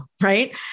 Right